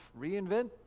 reinvent